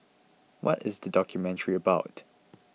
what is the documentary about